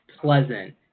pleasant